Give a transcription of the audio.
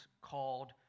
called